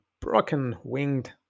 broken-winged